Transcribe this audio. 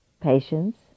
Patience